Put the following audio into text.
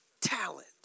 talent